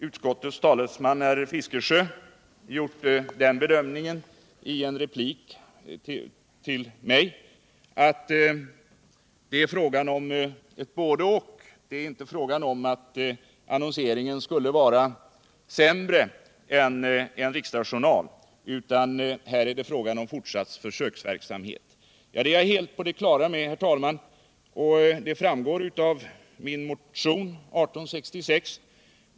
Utskottets talesman herr Fiskesjö har gjort den bedömningen i en replik till mig att det här är fråga om ett både-och. Det är inte fråga om att annonseringen skulle vara sämre än en riksdagsjournal, utan här är det fråga heten Riksdagsinforma om fortsatt försöksverksamhet. Jag är helt på det klara med detta, herr talman, och det framgår av min motion 1866.